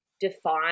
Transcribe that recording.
define